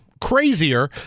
crazier